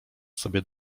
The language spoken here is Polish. sobie